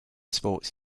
sports